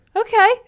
Okay